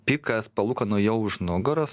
pikas palūkanų jau už nugaros